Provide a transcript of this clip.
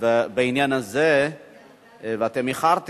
והם איחרו,